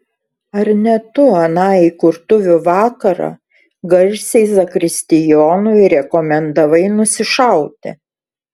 ar ne tu aną įkurtuvių vakarą garsiai zakristijonui rekomendavai nusišauti